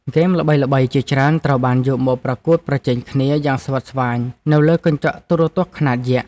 ហ្គេមល្បីៗជាច្រើនត្រូវបានយកមកប្រកួតប្រជែងគ្នាយ៉ាងស្វិតស្វាញនៅលើកញ្ចក់ទូរទស្សន៍ខ្នាតយក្ស។